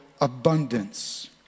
abundance